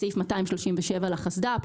לסעיף 237 לחסד"פ.